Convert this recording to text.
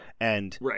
Right